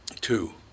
Two